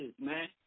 man